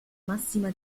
massima